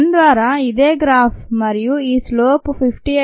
1 ద్వారా ఇదే గ్రాఫ్ మరియు ఈ స్లోప్ 58